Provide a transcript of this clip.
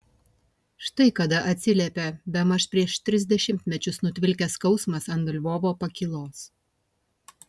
štai kada atsiliepė bemaž prieš tris dešimtmečius nutvilkęs skausmas ant lvovo pakylos